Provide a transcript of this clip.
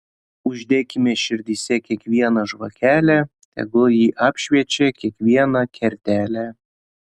uždekime širdyse kiekvieną žvakelę tegul ji apšviečia kiekvieną kertelę